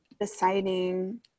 deciding